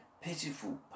pitiful